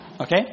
Okay